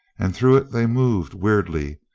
and through it they moved weirdly,